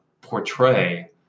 portray